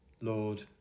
Lord